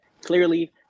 Clearly